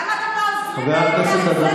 הוא אמר את זה לכולנו.